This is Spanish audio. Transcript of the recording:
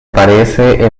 parece